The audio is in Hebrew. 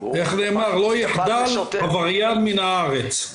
איך נאמר, לא יחדל עבריין מן הארץ.